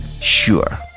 sure